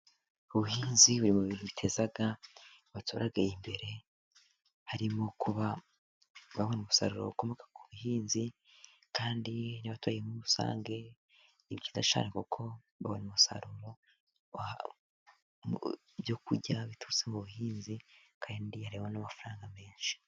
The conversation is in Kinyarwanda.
Ubuhinzi buteza abaturage imbere harimo kuba babona umusaruro ukomoka ku buhinzi. Kandi n'abaturage muri rusange , kuko babona umusaruro w'ibyo kurya biturutse mu buhinzi kandi harimo n'amafaranga menshi.